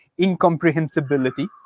incomprehensibility